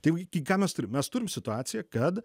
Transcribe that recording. tai ką mes turim mes turim situaciją kad